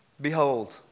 Behold